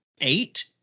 eight